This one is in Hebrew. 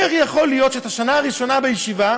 איך יכול להיות שאת השנה הראשונה בישיבה,